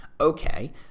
Okay